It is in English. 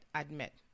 admit